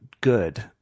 good